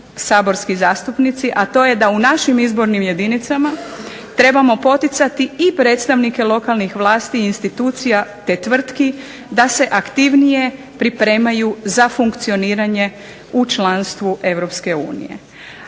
saborski zastupnici, a to je da u našim izbornim jedinicama trebamo poticati i predstavnike lokalnih vlasti i institucija, te tvrtki da se aktivnije pripremaju za funkcioniranje u članstvu